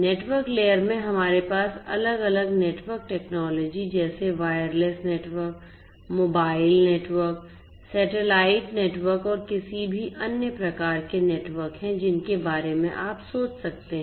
network layer में हमारे पास अलग अलग नेटवर्क टेक्नॉलॉजी जैसे wireless network mobile network satellite network और किसी भी अन्य प्रकार के नेटवर्क हैं जिनके बारे में आप सोच सकते हैं